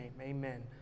amen